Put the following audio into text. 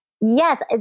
yes